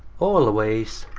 always,